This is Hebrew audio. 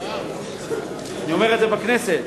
אמרת את זה בממשלה?